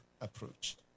approach